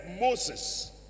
Moses